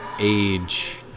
age